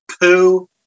Poo